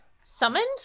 summoned